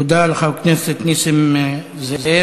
תודה לחבר הכנסת נסים זאב.